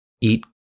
eat